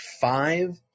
five